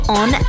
on